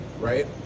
right